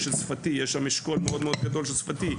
אשכול שפתי גדול.